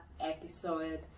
episode